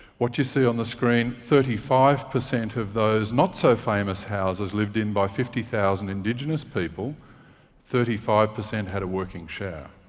what you see on the screen thirty five percent of those not-so-famous houses lived in by fifty thousand indigenous people thirty five percent had a working shower.